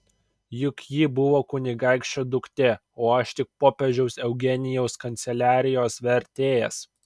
juk ji buvo kunigaikščio duktė o aš tik popiežiaus eugenijaus kanceliarijos vertėjas